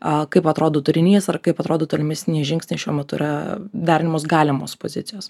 kaip atrodo turinys ar kaip atrodo tolimesni žingsniai šiuo metu yra derinamos galimos pozicijos